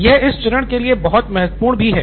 यह इस चरण के लिए बहुत महत्वपूर्ण भी है